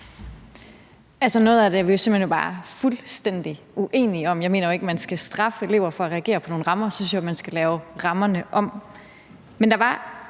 jo simpelt hen bare fuldstændig uenige om. Jeg mener jo ikke, man skal straffe elever for at reagere på nogle rammer. Jeg synes jo, man så skal lave rammerne om.